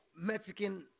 Mexican